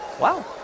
Wow